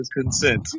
consent